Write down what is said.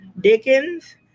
Dickens